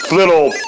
little